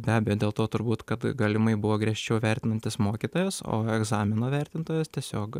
be abejo dėl to turbūt kad galimai buvo griežčiau vertintas mokytojas o egzamino vertintojas tiesiog